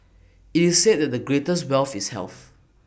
IT is said that the greatest wealth is health